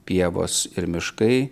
pievos ir miškai